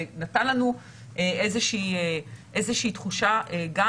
זה נתן לנו איזושהי תחושה גם